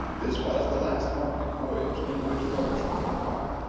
this was the last arctic voyage in which frobisher took part.